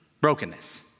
Brokenness